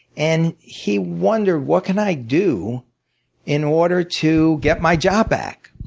and he wondered, what can i do in order to get my job back?